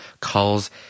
calls